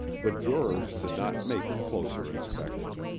the jurors did not make a closer inspection.